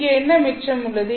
இங்கே என்ன மிச்சம் உள்ளது